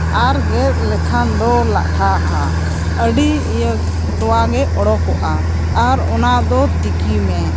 ᱟᱨ ᱜᱮᱫ ᱞᱮᱠᱷᱟᱱ ᱞᱚ ᱞᱟᱴᱷᱟᱣᱟ ᱟᱹᱰᱤ ᱤᱭᱟᱹ ᱛᱚᱣᱟ ᱜᱮ ᱚᱰᱳᱠᱚᱜᱼᱟ ᱟᱨ ᱚᱱᱟ ᱫᱚ ᱛᱤᱠᱤ ᱢᱮ